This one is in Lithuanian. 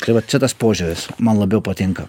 tai va čia tas požiūris man labiau patinka